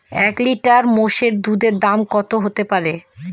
এক লিটার মোষের দুধের দাম কত হতেপারে?